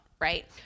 right